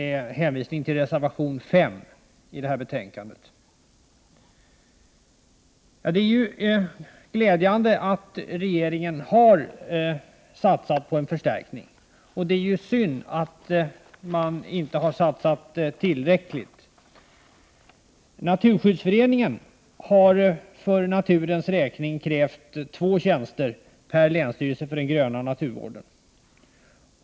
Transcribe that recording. Det är glädjande att regeringen har satsat på en förstärkning, men det är synd att man inte har satsat tillräckligt. Naturskyddsföreningen har för naturens räkning krävt två tjänster per länsstyrelse för den s.k. gröna naturvården.